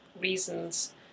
reasons